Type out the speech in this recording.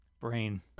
brain